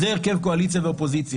זה הרכב קואליציה ואופוזיציה.